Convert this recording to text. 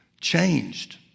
changed